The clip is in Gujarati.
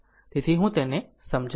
તેથી હું તેને સમજાવીશ